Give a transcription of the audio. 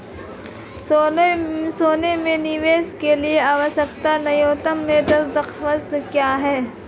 सोने में निवेश के लिए आवश्यक न्यूनतम दस्तावेज़ क्या हैं?